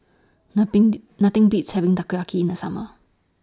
Nothing Nothing Beats having Takoyaki in The Summer